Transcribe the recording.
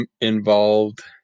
involved